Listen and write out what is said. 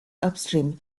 upstream